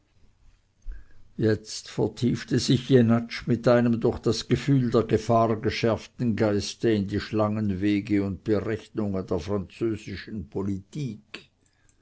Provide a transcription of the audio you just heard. jetzt vertiefte sich jenatsch mit einem durch das gefühl der gefahr geschärften geiste in die schlangenwege und berechnungen der französischen politik